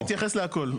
אני אתייחס להכול.